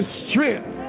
strength